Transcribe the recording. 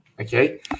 Okay